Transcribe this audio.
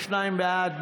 52 בעד,